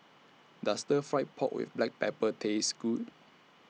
Does Stir Fry Pork with Black Pepper Taste Good